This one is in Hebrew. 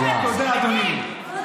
תודה רבה.